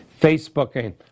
Facebooking